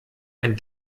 ein